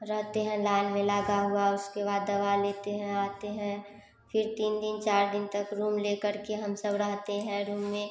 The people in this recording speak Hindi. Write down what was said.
रहते हैं लाइन में लगा हुआ उसके बाद दवा लेते हैं आते हैं फिर तीन दिन चार दिन तक रूम लेकर के हम सब रहते हैं रूम में